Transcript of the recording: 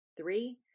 Three